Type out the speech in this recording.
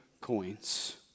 coins